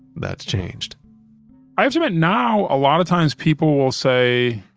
that's changed i have to admit now, a lot of times people will say,